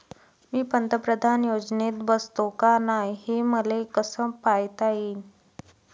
मी पंतप्रधान योजनेत बसतो का नाय, हे मले कस पायता येईन?